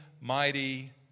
mighty